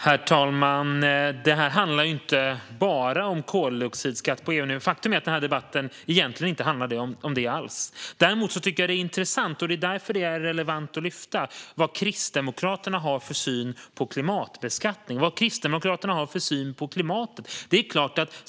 Herr talman! Det handlar ju inte bara om koldioxidskatt på EU-nivå. Faktum är att den här debatten egentligen inte handlar om det alls. Däremot tycker jag att det är intressant - och det är därför det är relevant att lyfta - vad Kristdemokraterna har för syn på klimatbeskattning och vad Kristdemokraterna har för syn på klimatet.